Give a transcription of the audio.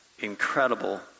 Incredible